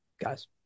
guys